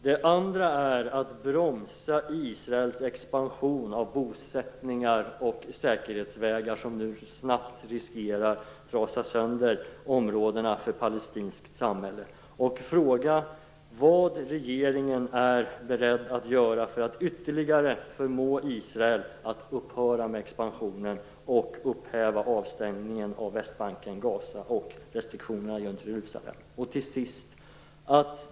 Det andra är att bromsa Israels expansion av bosättningar och säkerhetsvägar som nu snabbt riskerar att trasa sönder områdena för ett palestinskt samhälle.